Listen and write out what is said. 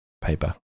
paper